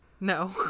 No